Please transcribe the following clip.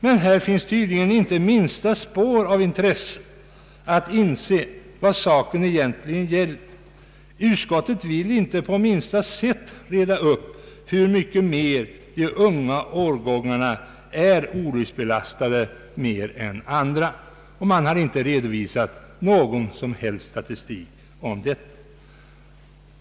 Men här finns tydligen inte minsta spår av intresse att inse vad saken egentligen gäller. Utskottet vill inte på minsta sätt utreda hur mycket mer de unga förarna är olycksbelastade än de andra. Man har inte redovisat någon som helst statistik på denna punkt.